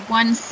one